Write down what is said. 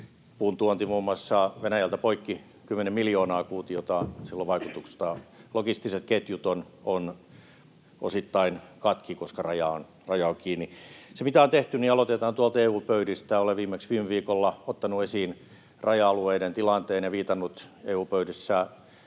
puuntuonti Venäjältä on poikki, kymmenen miljoonaa kuutiota, ja sillä on vaikutusta. Logistiset ketjut ovat osittain katki, koska raja on kiinni. Siitä, mitä on tehty: Aloitetaan tuolta EU-pöydistä. Olen viimeksi viime viikolla ottanut esiin raja-alueiden tilanteen ja viitannut EU-pöydissä